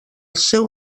seu